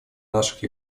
наших